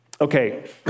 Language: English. okay